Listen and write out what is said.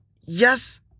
Yes